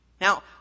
Now